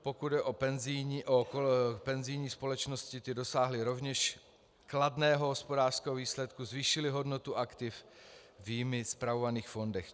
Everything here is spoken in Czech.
Pokud jde o penzijní společnosti, ty dosáhly rovněž kladného hospodářského výsledku, zvýšily hodnotu aktiv v jimi spravovaných fondech.